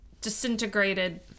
disintegrated